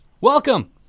Welcome